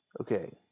Okay